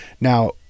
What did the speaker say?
Now